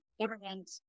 government